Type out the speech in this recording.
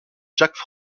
jacques